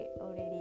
already